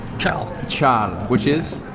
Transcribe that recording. chal. chal, um which is?